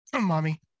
mommy